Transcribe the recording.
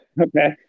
Okay